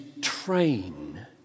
train